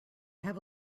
have